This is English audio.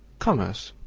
commerce,